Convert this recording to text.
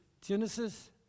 Genesis